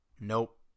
nope